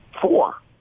four